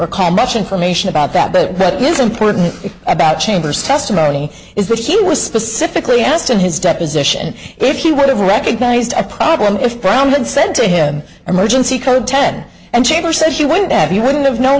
recall much information about that but what is important about chambers testimony is that he was specifically asked in his deposition if he would have recognized a problem if brown had said to him emergency code ten and chambers says she wouldn't have you wouldn't have known